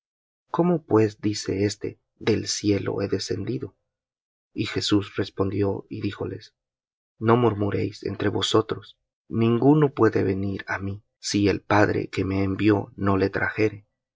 cómo pues dice éste del cielo he descendido y jesús respondió y díjoles no murmuréis entre vosotros ninguno puede venir á mí si el padre que me envió no le trajere